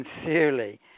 Sincerely